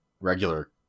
regular